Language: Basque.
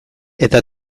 eta